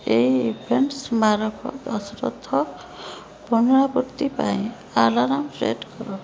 ଏହି ଇଭେଣ୍ଟ ସ୍ମାରକ ଦଶ ଥର ପୁନରାବୃତ୍ତି ପାଇଁ ଆଲାର୍ମ୍ ସେଟ୍ କର